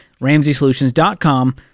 RamseySolutions.com